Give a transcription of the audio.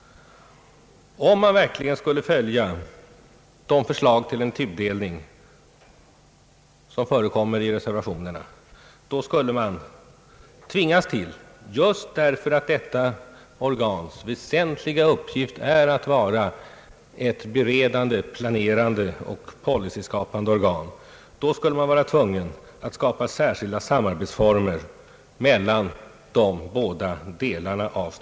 Om man verkligen skulle följa de förslag till en tudelning som förekommer i reservationerna, tvingas man till att skapa särskilda samarbetsformer mellan de båda delarna av styrelsen, därför att detta organs väsentligaste uppgift är att vara förberedande, planerande och policyskapande.